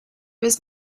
was